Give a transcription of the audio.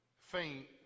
faint